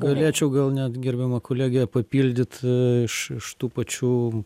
galėčiau gal net gerbiamą kolegę papildyt iš iš tų pačių